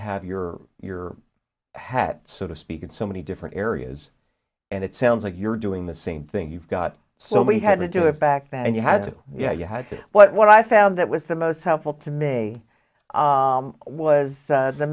have your your head so to speak in so many different areas and it sounds like you're doing the same thing you've got so many had to do it back then you had yeah you had to what i found that was the most helpful to me was